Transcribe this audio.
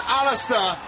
Alistair